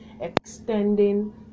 extending